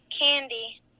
Candy